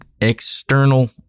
external